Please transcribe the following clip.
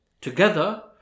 together